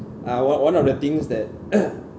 uh one one of the things that